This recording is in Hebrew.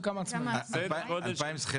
וכמה עצמאים?